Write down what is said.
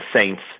saints